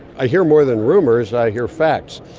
i hear more than rumours, i hear facts.